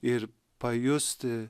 ir pajusti